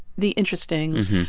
the interestings,